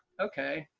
okay.